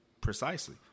Precisely